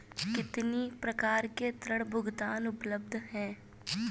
कितनी प्रकार के ऋण भुगतान उपलब्ध हैं?